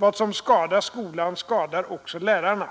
Vad som skadar skolan skadar också lärarna.